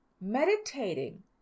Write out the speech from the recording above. meditating